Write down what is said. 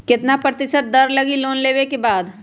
कितना प्रतिशत दर लगी लोन लेबे के बाद?